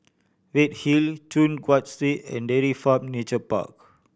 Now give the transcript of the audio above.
Redhill Choon Guan Street and Dairy Farm Nature Park